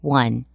one